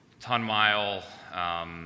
ton-mile